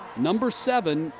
number seven,